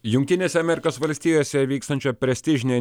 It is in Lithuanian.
jungtinėse amerikos valstijose vykstančio prestižinio